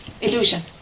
illusion